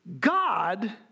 God